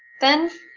then,